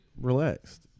Relaxed